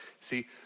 See